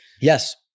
yes